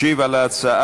ישיב על ההצעה